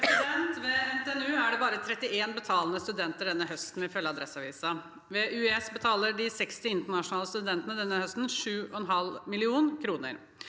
Ved NTNU er det bare 31 betalende studenter denne høsten, ifølge Adresseavisen. Ved UiS betaler de 60 internasjonale studentene denne høsten 7,5 mill. kr.